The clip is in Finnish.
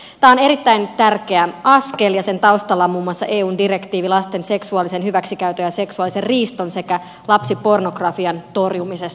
tämä on erittäin tärkeä askel ja sen taustalla on muun muassa eun direktiivi lasten seksuaalisen hyväksikäytön ja seksuaalisen riiston sekä lapsipornografian torjumisesta